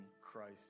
Christ